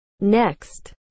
Next